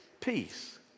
peace